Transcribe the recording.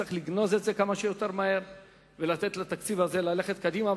צריך לגנוז את זה כמה שיותר מהר ולתת לתקציב הזה ללכת קדימה,